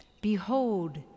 behold